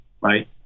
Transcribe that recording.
Right